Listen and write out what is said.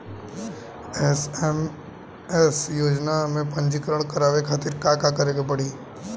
SMAM योजना में पंजीकरण करावे खातिर का का करे के पड़ी?